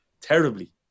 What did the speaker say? Terribly